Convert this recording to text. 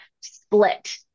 split